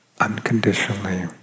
unconditionally